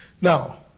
Now